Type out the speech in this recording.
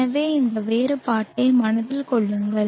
எனவே இந்த வேறுபாட்டை மனதில் கொள்ளுங்கள்